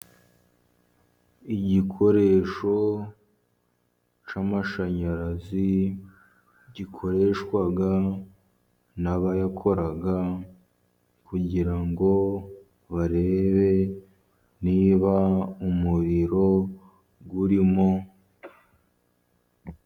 Igikoresho cy' amashanyarazi gikoreshwa nabayakora, kugira ngo barebe niba umuriro urimo.